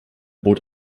bot